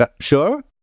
sure